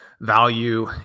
value